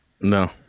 no